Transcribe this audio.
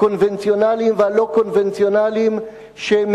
הקונבציונליים והלא-קונבציונליים,